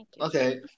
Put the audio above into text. Okay